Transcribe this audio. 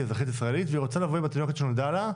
היא אזרחית ישראלית והיא רוצה לבוא עם התינוקת שנולדה לה,